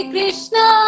Krishna